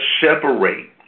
separate